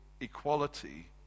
equality